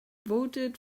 voted